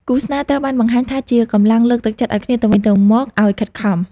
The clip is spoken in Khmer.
គូស្នេហ៍ ត្រូវបានបង្ហាញថាជាកម្លាំងលើកទឹកចិត្តឱ្យគ្នាទៅវិញទៅមកឱ្យខិតខំ។